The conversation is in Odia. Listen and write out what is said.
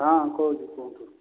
ହଁ କହୁଛି କୁହନ୍ତୁ